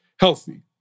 healthy